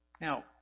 Now